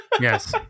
Yes